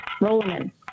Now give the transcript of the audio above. rolling